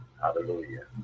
Hallelujah